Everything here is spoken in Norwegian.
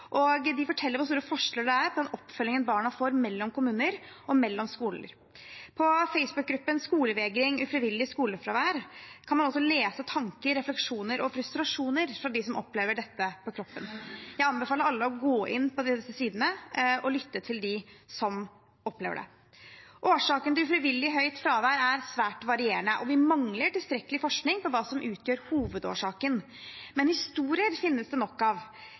skolefravær. De forteller hvor store forskjeller det er på den oppfølgingen barna får mellom kommuner og mellom skoler. På Facebook-gruppen Skolevegring/ufrivillig skolefravær kan man lese tanker, refleksjoner og frustrasjoner fra dem som opplever dette på kroppen. Jeg anbefaler alle å gå inn på disse sidene og lytte til dem som opplever det. Årsaken til ufrivillig høyt fravær er svært varierende. Vi mangler tilstrekkelig forskning om hva som utgjør hovedårsaken, men historier finnes det nok av.